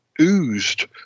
oozed